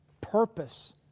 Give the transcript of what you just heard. purpose